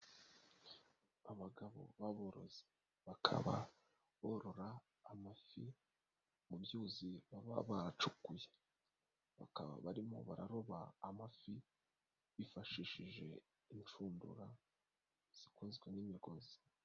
Abagabo b'aborozi, bakaba borora amafi mu byuzi, baba bacukuye. Bakaba barimo bararoba amafi, bifashishije inshundura zikozwe n'imigozi.